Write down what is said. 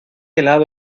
helado